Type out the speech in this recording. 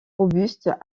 robuste